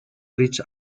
reach